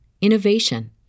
innovation